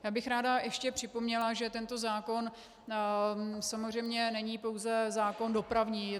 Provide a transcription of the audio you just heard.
Já bych ráda ještě připomněla, že tento zákon samozřejmě není pouze zákon dopravní.